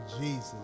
Jesus